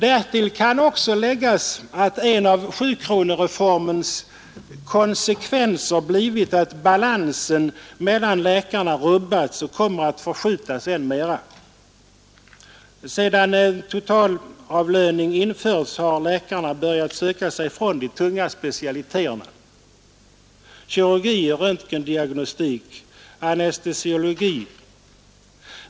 Därtill kan läggas att en av sjukronorsreformens konsekvenser blivit att balansen mellan läkarna rubbats och kommer att förskjutas än mera. Sedan totalavlöning införts har läkarna börjat söka sig från de tunga specialiteterna kirurgi, röntgendiagnostik och anestesiologi.